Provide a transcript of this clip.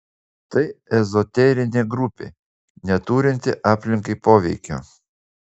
tai ezoterinė grupė neturinti aplinkai poveikio